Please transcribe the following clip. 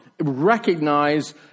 recognize